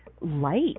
light